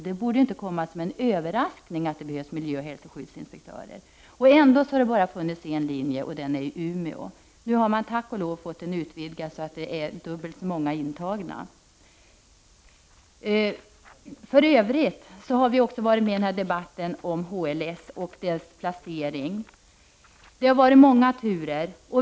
Då borde det inte komma som någon överraskning att det behövs miljöoch hälsoskyddsinspektörer, men ändå har det bara funnits en linje, den i Umeå. Nu har man tack och lov fått den utvidgad så att det är dubbelt så många intagna. För övrigt har vi också varit med i debatten om HLS och dess placering. Det har varit många turer.